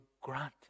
granted